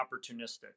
opportunistic